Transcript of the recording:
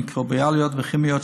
מיקרוביאליות וכימיות,